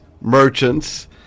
merchants